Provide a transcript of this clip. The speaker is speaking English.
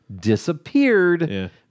disappeared